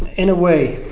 in a way,